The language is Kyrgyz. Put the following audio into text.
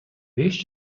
беш